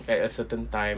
at a certain time